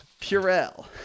Purell